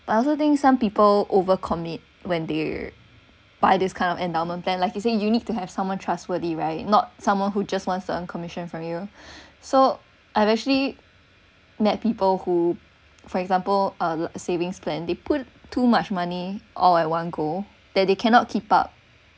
but I also think some people over commit when they buy this kind of endowment plan like you say you need to have someone trustworthy right not someone who just wants to earn commission from you so I've actually met people who for example uh savings plan they put too much money all at one go they they cannot keep up